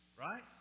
Right